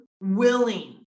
willing